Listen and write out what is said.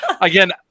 again